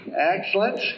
Excellent